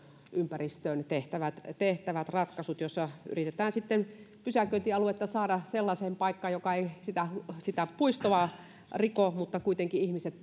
ympäristöön tehtävät tehtävät ratkaisut joissa yritetään pysäköintialuetta saada sellaiseen paikkaan joka ei sitä sitä puistoa riko mutta kuitenkin ihmiset